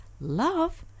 love